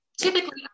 Typically